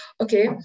okay